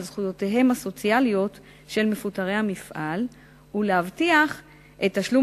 זכויותיהם הסוציאליות של מפוטרי המפעל ולהבטיח את תשלום